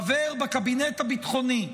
חבר בקבינט הביטחוני,